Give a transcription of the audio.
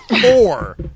four